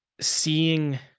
seeing